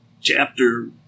chapter